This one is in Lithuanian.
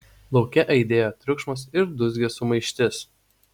lauke aidėjo triukšmas ir dūzgė sumaištis